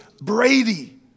Brady